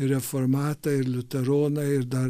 ir reformatai ir liuteronai ir dar